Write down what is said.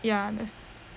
ya that's